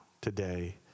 today